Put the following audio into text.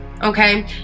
Okay